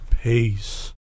Peace